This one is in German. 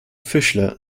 fischler